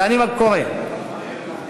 ואני קורא: